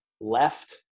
left